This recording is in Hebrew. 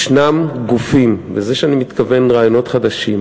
יש גופים, וזה מה שאני מתכוון ברעיונות חדשים,